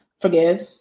forgive